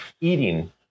Eating